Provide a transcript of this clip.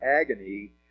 agony